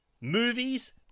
movies